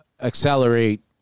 accelerate